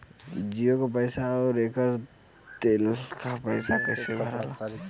जीओ का पैसा और एयर तेलका पैसा कैसे भराला?